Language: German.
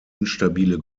instabile